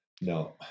No